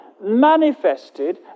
manifested